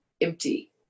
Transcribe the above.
empty